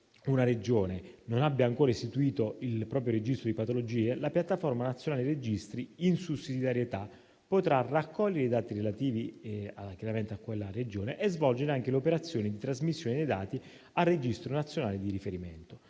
autonoma non abbia ancora istituito il proprio registro di patologie, la piattaforma nazionale registri, in sussidiarietà, potrà raccogliere i relativi dati e svolgere anche le operazioni di trasmissione dei dati al registro nazionale di riferimento.